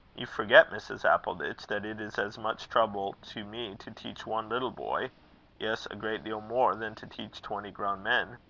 you forget, mrs. appleditch, that it is as much trouble to me to teach one little boy yes, a great deal more than to teach twenty grown men.